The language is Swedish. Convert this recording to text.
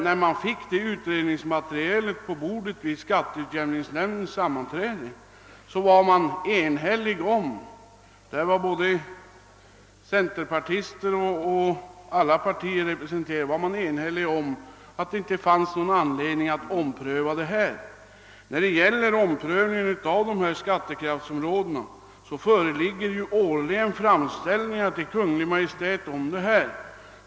När vi fick utredningsmaterialet på bordet vid skatteutjämningsnämndens sammanträde blev vi ense om — centerpartiet var liksom de övriga partierna representerat — att det inte fanns någon anledning att ompröva områdesindelningen. Årligen görs det framställningar till Kungl. Maj:t om omprövning av skattekraftsområdena.